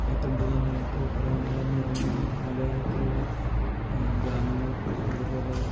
ഏറ്റവും പ്രധാനമായിട്ട് പറയാനുള്ളതെന്നുപറഞ്ഞുകഴിഞ്ഞാൽ മലയാളത്തിലുള്ള ഗാനങ്ങൾ അതുപോലെ